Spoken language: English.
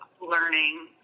learning